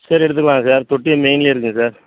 சரி எடுத்துக்கலாங்க சார் தொட்டி மெயின்லேயே இருக்குங்க சார்